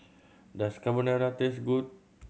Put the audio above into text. does Carbonara taste good